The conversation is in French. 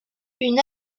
une